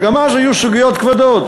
וגם אז היו סוגיות כבדות.